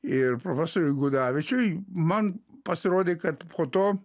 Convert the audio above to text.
ir profesoriui gudavičiui man pasirodė kad po to